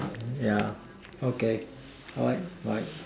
yeah okay alright bye